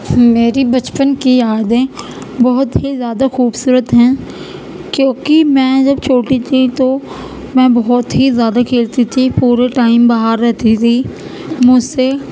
میری بچپن کی یادیں بہت ہی زیادہ خوبصورت ہیں کیونکہ میں جب چھوٹی تھی تو میں بہت ہی زیادہ کھیلتی تھی پورے ٹائم باہر رہتی تھی مجھ سے